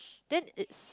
then it's